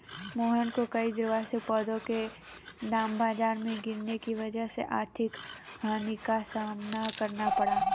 मोहन को कई द्विवार्षिक पौधों के दाम बाजार में गिरने की वजह से आर्थिक हानि का सामना करना पड़ा